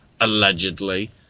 allegedly